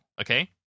Okay